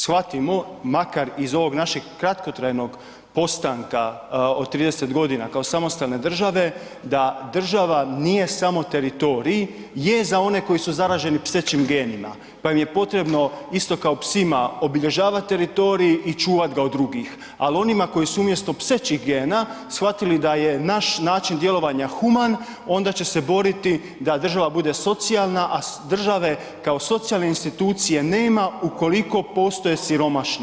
Shvatimo makar iz ovog našeg kratkotrajnog postanka od 30 godina kao samostalne države da država nije samo teritorij, je za one koji su zaraženi psećim genima pa im je potrebno isto kao psima obilježavati teritorij i čuvati ga od drugih ali onima koji su umjesto psećih gena shvatili da je naš način djelovanja human onda će se boriti da država bude socijalna, a države kao socijalne institucije nema ukoliko postoje siromašni.